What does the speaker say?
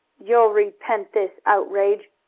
you'll repent this outrage,